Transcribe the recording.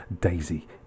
Daisy